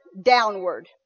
downward